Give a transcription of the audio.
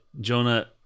Jonah